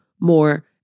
more